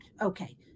okay